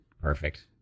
Perfect